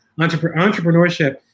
entrepreneurship